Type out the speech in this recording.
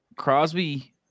Crosby